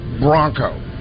Bronco